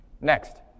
Next